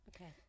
Okay